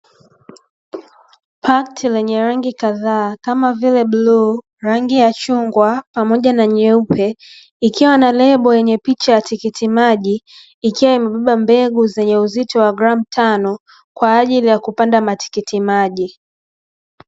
Pakiti lenye rangi kadhaa kama vile bluu, rangi ya chungwa pamoja na nyeupe ikiwa na lebo yenye picha ya tikiti maji, ikiwa imebeba mbegu zenye uzito wa gram tano kwa ajili ya kupanda matikiti maji.